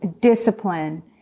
discipline